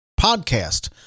podcast